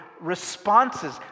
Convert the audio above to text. responses